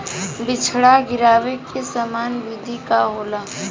बिचड़ा गिरावे के सामान्य विधि का होला?